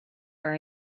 her